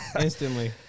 Instantly